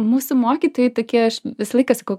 mūsų mokytojai tokie aš visą laiką sakau